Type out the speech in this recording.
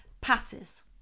passes